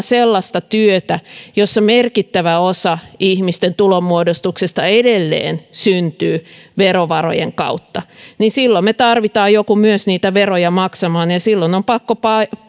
sellaista työtä jossa merkittävä osa ihmisten tulonmuodostuksesta edelleen syntyy verovarojen kautta niin silloin me tarvitsemme jonkun myös niitä veroja maksamaan ja ja silloin on pakko